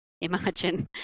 Imagine